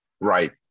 Right